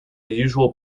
usual